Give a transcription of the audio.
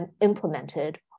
implemented